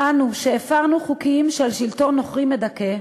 "אנו, שהפרנו חוקים של שלטון נוכרי מדכא,